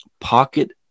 pocket